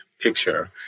Picture